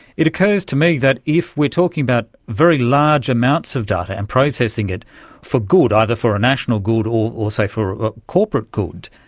it occurs to me that if we're talking about very large amounts of data and processing it for good, either for a national good or, say, for a corporate good,